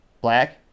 black